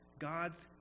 God's